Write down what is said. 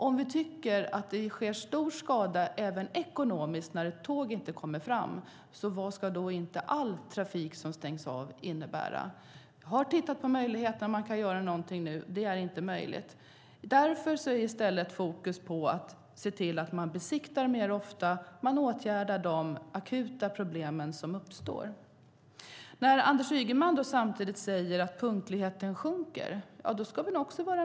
Om vi tycker att det sker stor skada även ekonomiskt när ett tåg inte kommer fram, vad ska det då inte innebära när all trafik stängs av? Jag har tittat på om man kan göra något nu, men det är inte möjligt. Därför ligger fokus på att besiktiga oftare och åtgärda de akuta problem som uppstår. Anders Ygeman säger att punktligheten minskar.